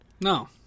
No